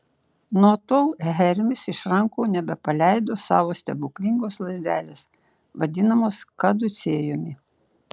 nuo tol hermis iš rankų nebepaleido savo stebuklingos lazdelės vadinamos kaducėjumi